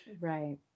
right